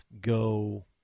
go